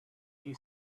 you